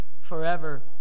forever